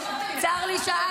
צר לי שאת,